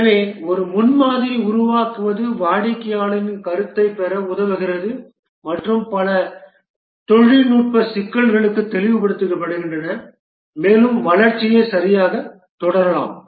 எனவே ஒரு முன்மாதிரி உருவாக்குவது வாடிக்கையாளரின் கருத்தைப் பெற உதவுகிறது மற்றும் பல தொழில்நுட்ப சிக்கல்களும் தெளிவுபடுத்தப்படுகின்றன மேலும் வளர்ச்சி சரியாக தொடரலாம்